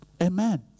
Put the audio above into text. Amen